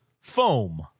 Foam